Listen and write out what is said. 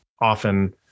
often